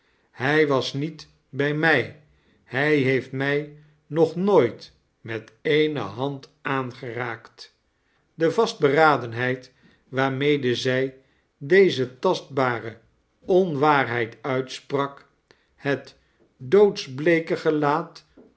hij was niet bij mij hij heeft mij nog nooit met eene hand aangeraakt de vastberadenheid waarmede zij deze tastbare onwaarheid uitsprak het doodsbleeke gelaat